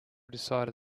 decided